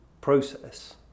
process